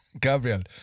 Gabriel